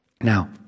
Now